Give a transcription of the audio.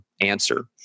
answer